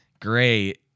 great